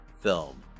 film